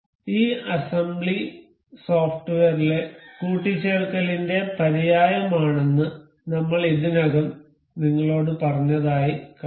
ഈ അസംബ്ലി സോഫ്റ്റ്വെയറിലെ കൂട്ടിച്ചേർക്കലിന്റെ പര്യായമാണെന്ന് നമ്മൾ ഇതിനകം നിങ്ങളോട് പറഞ്ഞതായി നമുക്ക് കാണാം